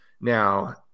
now